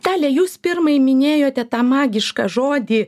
dalia jūs pirmai minėjote tą magišką žodį